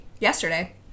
yesterday